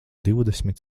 divdesmit